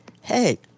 hey